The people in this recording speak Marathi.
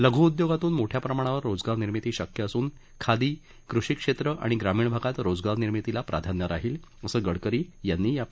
लघु उद्योगातून मोठ्या प्रमाणात रोजगार निर्मिती शक्य असून खादी कृषी क्षेत्र आणि ग्रामीण भागात रोजगार निर्मितीला प्राधान्य राहील असं गडकरी यांनी या वार्ताहरपरिषदेत सांगितलं